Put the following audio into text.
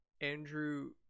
Andrew